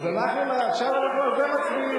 אז אנחנו, עכשיו אנחנו על זה מצביעים.